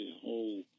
whole